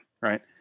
right